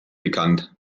bekannt